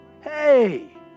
Hey